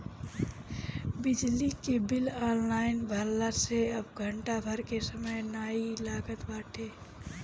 बिजली के bill online भरला से अब घंटा भर के समय नाइ लागत बाटे